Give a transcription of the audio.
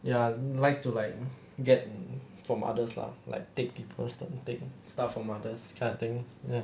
ya likes to like get from others lah like take people start to take stuff for others this kind of thing